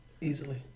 Easily